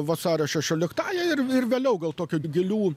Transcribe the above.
vasario šešioliktąja ir ir vėliau gal tokių gilių